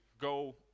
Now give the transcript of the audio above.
go